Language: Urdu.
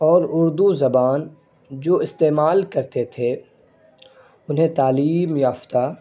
اور اردو زبان جو استعمال کرتے تھے انہیں تعلیم یافتہ